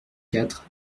quatre